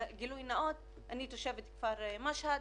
גילוי נאות אני תושבת כפר משהד,